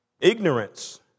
Ignorance